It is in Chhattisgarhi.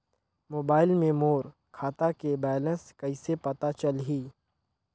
मोबाइल मे मोर खाता के बैलेंस कइसे पता चलही?